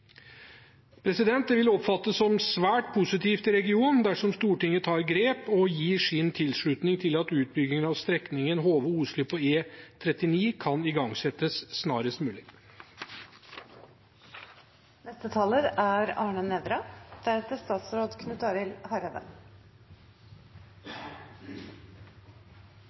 Det ville oppfattes som svært positivt i regionen dersom Stortinget tar grep og gir sin tilslutning til at utbygging av strekningen Hove–Osli på E39 kan igangsettes snarest mulig. Det er vel litt respektløst å si det, men jeg føler meg litt som Nævra